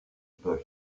peux